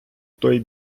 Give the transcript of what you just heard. той